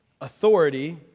authority